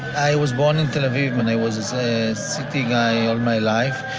i was born in tel aviv and i was a city guy all my life.